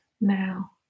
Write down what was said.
now